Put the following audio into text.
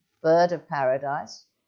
bird-of-paradise